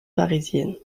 parisienne